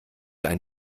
ein